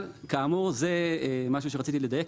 זה משהו שרציתי לדייק.